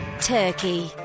Turkey